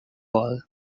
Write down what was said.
vol